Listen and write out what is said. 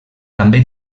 també